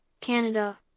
Canada